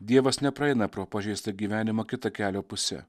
dievas nepraeina pro pažeistą gyvenimą kita kelio puse